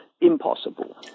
impossible